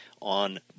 on